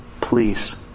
please